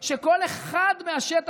אתם יודעים שתמיד כל ארגוני השמאל,